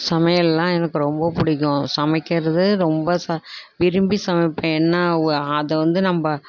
சமையல்னால் எனக்கு ரொம்ப பிடிக்கும் சமைக்கிறது ரொம்ப ச விரும்பி சமைப்பேன் என்ன அதை வந்து நம்ம